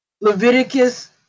Leviticus